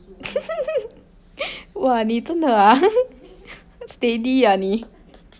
你真的 ah steady ah 你